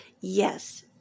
yes